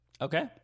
okay